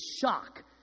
shock